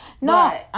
No